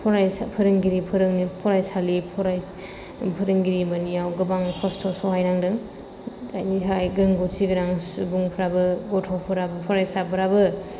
फरायसा फोरोंगिरि फरायसालि फोरोंगिरि मोनैयाव गोबां खस्थ' सहायनांदों जायनि थाखाय रोंगथि गोनां सुबुंफ्राबो गथ'फोराबो फरायसाफोराबो